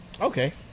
Okay